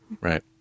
right